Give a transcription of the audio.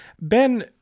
Ben